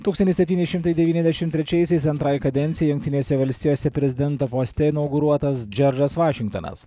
tūkstantis septyni šimtai devyniasdešimt trečiaisiais antrai kadencijai jungtinėse valstijose prezidento poste inauguruotas džordžas vašingtonas